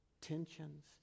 tensions